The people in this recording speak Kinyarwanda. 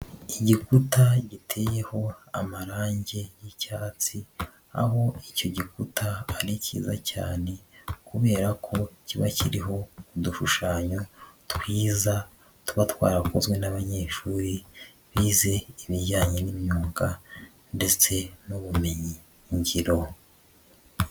Igikuta giteyeho amarange y'icyatsi aho icyo gikuta ari kiza cyane kubera ko kiba kiriho udushushanyo twiza tuba twarakozwe n'abanyeshuri bize ibijyanye n'imyuga ndetse n'ubumenyingiro.